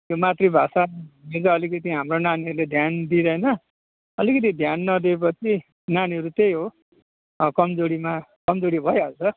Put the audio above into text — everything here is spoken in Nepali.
यो मातृभाषामा चाहिँ अलिकति हाम्रो नानीहरूले ध्यान दिँदैन अलिकति ध्यान नदिएपछि नानीहरू त्यही हो अब कमजोरीमा कमजोरी भइहाल्छ